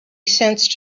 sensed